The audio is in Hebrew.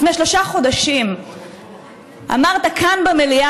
לפני שלושה חודשים אמרת כאן,